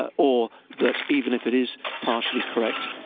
ah or that even if it is partially correct,